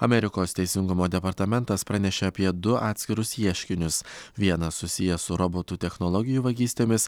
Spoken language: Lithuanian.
amerikos teisingumo departamentas pranešė apie du atskirus ieškinius vienas susiję su robotų technologijų vagystėmis